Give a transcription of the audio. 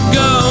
go